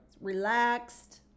Relaxed